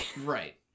Right